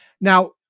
Now